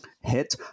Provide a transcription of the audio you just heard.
hit